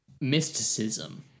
mysticism